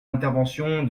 l’intervention